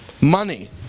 Money